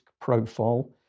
profile